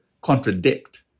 contradict